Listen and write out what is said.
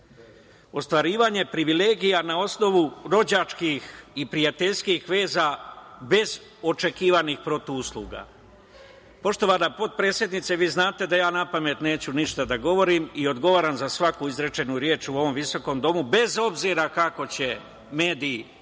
ostvarivanje privilegija na osnovu rođačkih i prijateljskih veza bez očekivanih protivusluga. Poštovana potpredsednice, vi znate da ja napamet neću ništa da govorim i odgovaram za svaku izrečenu reč u ovom visokom domu, bez obzira kako će mediji pod